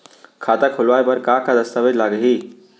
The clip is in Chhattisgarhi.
खाता खोलवाय बर का का दस्तावेज लागही?